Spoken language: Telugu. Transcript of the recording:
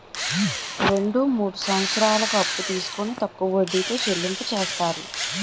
రెండు మూడు సంవత్సరాలకు అప్పు తీసుకొని తక్కువ వడ్డీతో చెల్లింపు చేస్తారు